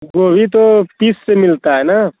गोभी तो पीस से मिलता है ना